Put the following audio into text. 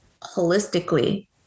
holistically